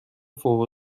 فوق